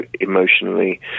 emotionally